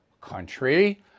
country